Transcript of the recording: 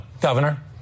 Governor